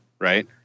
right